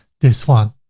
this one.